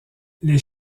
les